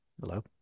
Hello